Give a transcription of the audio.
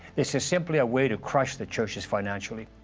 it's ah simply a way to crush the churches financially.